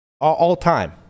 All-time